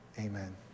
Amen